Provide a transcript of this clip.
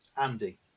Andy